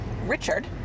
Richard